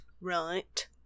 right